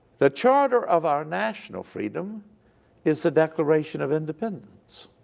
the charter of our national freedom is the declaration of independence.